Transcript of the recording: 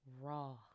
raw